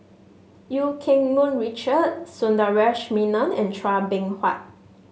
Eu Keng Mun Richard Sundaresh Menon and Chua Beng Huat